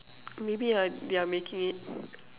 maybe ah they're making it